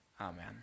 Amen